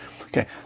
Okay